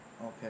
okay